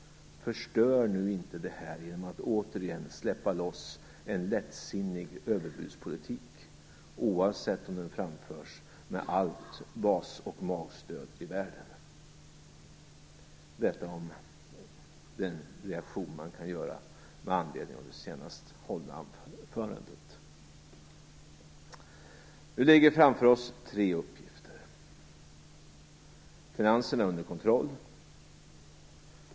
Förstör nu inte det här genom att återigen släppa loss en lättsinnig överbudspolitik, oavsett om den framförs med all bas och allt magstöd i världen! Detta är den reaktion man kan ge med anledning av det senast hållna anförandet. Nu ligger framför oss tre uppgifter. Finanserna är under kontroll.